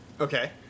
okay